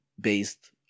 based